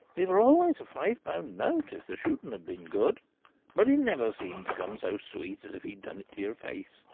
it were always a five-pound note if the shooting had been good but it never seemed to come so sweet as if he'd done it to your face